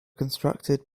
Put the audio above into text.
constructed